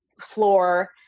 floor